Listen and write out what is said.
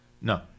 No